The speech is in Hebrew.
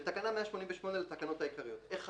בתקנה 188 לתקנות העיקריות (1)